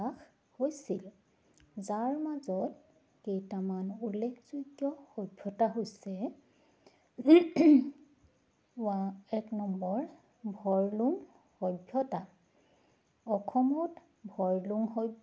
বিকাশ হৈছিল যাৰ মাজত কেইটামান উল্লেখযোগ্য সভ্যতা হৈছে এক নম্বৰ ভৰলুং সভ্যতা অসমত ভৰলুং সভ্যতা